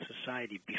society